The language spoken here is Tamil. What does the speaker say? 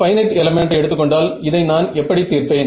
பைனட் எலெமென்ட்டை எடுத்துக்கொண்டால் இதை நான் இப்படி தீர்ப்பேன்